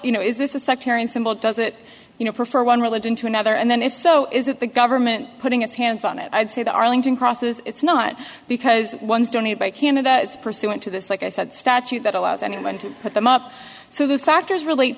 you know is this a sectarian symbol does it you know prefer one religion to another and then if so is that the government putting its hands on it i'd say the arlington crosses it's not because one's done it by canada it's pursuant to this like i said statute that allows anyone to put them up so the factors relate